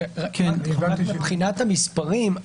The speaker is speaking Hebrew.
מבחינת המספרים,